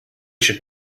should